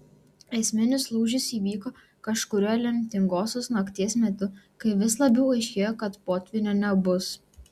esminis lūžis įvyko kažkuriuo lemtingosios nakties metu kai vis labiau aiškėjo kad potvynio nebus